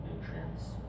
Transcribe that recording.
nutrients